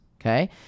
okay